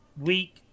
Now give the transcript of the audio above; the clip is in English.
week